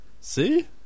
see